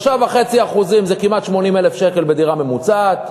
3.5% זה כמעט 80,000 שקל בדירה ממוצעת,